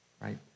right